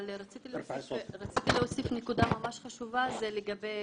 אבל רציתי להוסיף נקודה ממש חשובה, לגבי